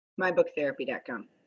mybooktherapy.com